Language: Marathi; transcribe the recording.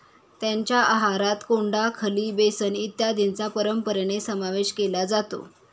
त्यांच्या आहारात कोंडा, खली, बेसन इत्यादींचा परंपरेने समावेश केला जातो